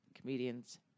comedians